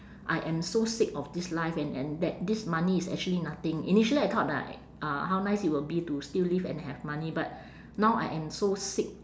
I am so sick of this life and and that this money is actually nothing initially I thought that uh how nice it would be to still live and have money but now I am so sick